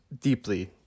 deeply